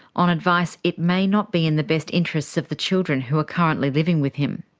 on advice it may not be in the best interests of the children who are currently living with him.